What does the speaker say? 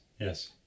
yes